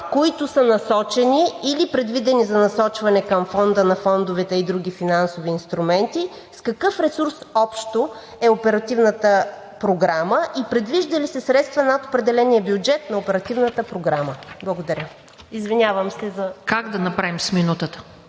които са насочени или предвидени за насочване към Фонда на фондовете и други финансови инструменти, с какъв ресурс общо е Оперативната програма и предвиждат ли се средства над определения бюджет на Оперативната програма? Благодаря. ПРЕДСЕДАТЕЛ ТАТЯНА ДОНЧЕВА: Как да направим с минутата?